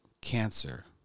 cancer